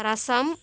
ரசம்